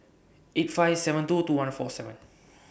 eight five seven two two one four seven